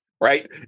right